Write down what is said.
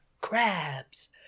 crabs